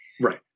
Right